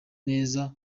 neza